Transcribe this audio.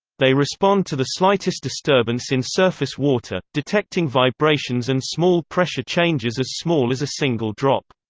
they respond to the slightest disturbance in surface water, detecting vibrations and small pressure changes as small as a single drop.